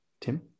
Tim